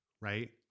right